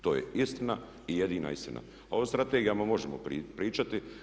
To je istina i jedina istina, a o strategijama možemo pričati.